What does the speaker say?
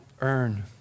earn